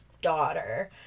daughter